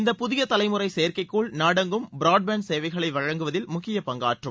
இந்த புதிய தலைமுறை செயற்கை கோள் நாடெங்கும் பிராட்பேன்டு சேவைகளை வழங்குவதில் முக்கிய பங்காற்றும்